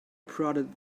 prodded